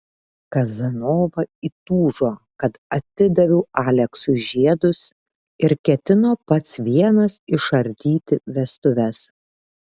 kazanova įtūžo kad atidaviau aleksui žiedus ir ketino pats vienas išardyti vestuves